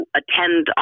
attend